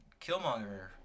Killmonger